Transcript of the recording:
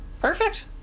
perfect